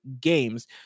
games